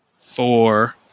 four